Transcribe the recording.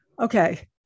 Okay